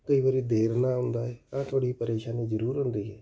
ਕਈ ਵਾਰੀ ਦੇਰ ਨਾਲ ਆਉਂਦਾ ਹੈ ਤਾਂ ਥੋੜ੍ਹੀ ਪਰੇਸ਼ਾਨੀ ਜ਼ਰੂਰ ਹੁੰਦੀ ਹੈ